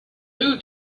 who